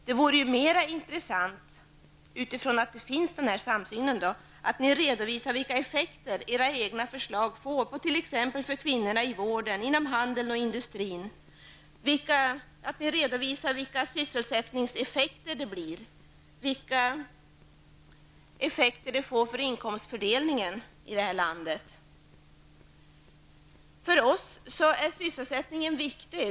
Det vore ju mera intressant, utifrån den här samsynen, att ni redovisade vilka effekter era egna förslag får, t.ex. för kvinnorna i vården, inom handeln och inom industrin, att ni redovisade vilka sysselsättningseffekter det blir och vilka effekter förslagen får för inkomstfördelningen i landet. För oss är sysselsättningen viktig.